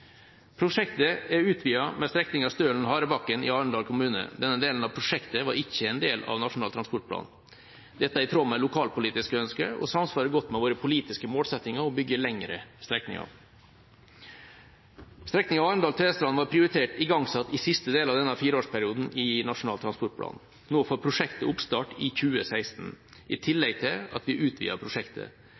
Prosjektet er utvidet med strekningen Stølen–Harebakken i Arendal kommune. Denne delen av prosjektet var ikke en del av Nasjonal transportplan. Dette er i tråd med lokalpolitiske ønsker og samsvarer godt med våre politiske målsettinger om å bygge lengre strekninger. Strekningen Arendal–Tvedestrand var prioritert igangsatt i siste del av denne fireårsperioden i Nasjonal transportplan. Nå får prosjektet oppstart i 2016 i tillegg til at vi utvider prosjektet.